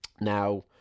Now